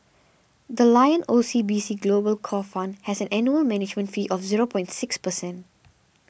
the Lion O C B C Global Core Fund has an annual management fee of zero point six percent